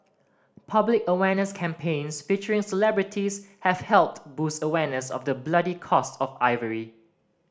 public awareness campaigns featuring celebrities have helped boost awareness of the bloody cost of ivory